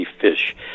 fish